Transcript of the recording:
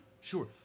sure